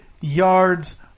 yards